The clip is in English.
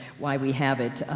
why we have it, ah,